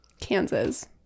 Kansas